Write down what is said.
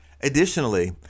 Additionally